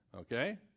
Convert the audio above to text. Okay